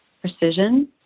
precision